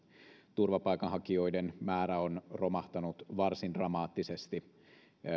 turvapaikanhakijoiden määrä on romahtanut varsin dramaattisesti